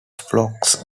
flocks